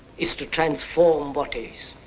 is to transform what is.